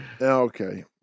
Okay